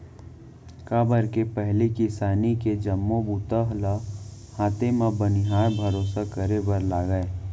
काबर के पहिली किसानी के जम्मो बूता ल हाथे म बनिहार भरोसा करे बर लागय